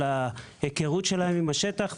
של ההיכרות שלהם עם השטח.